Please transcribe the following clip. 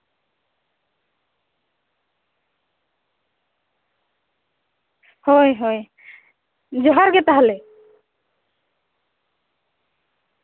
ᱦᱳᱭ ᱦᱳᱭ ᱡᱚᱦᱟᱨᱜᱮ ᱛᱟᱦᱞᱮ